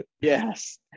Yes